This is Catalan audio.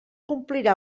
complirà